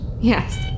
Yes